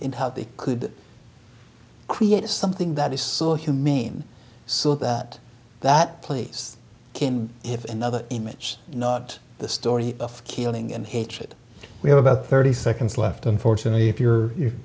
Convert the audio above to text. in how they could create something that is so humane so that that place can if another image not the story of killing and hatred we're about thirty seconds left unfortunately if you're if